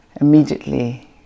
immediately